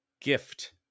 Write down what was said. gift